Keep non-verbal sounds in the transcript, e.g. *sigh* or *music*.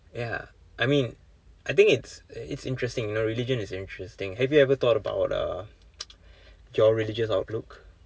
yeah I mean I think it's it's interesting you know religion is interesting have you ever thought about uh *noise* your religious outlook